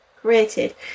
created